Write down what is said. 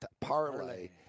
parlay